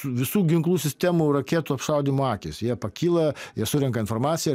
visų ginklų sistemų raketų apšaudymo akys jie pakyla jie surenka informaciją